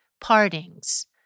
partings